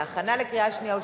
להכנה לקריאה שנייה ושלישית.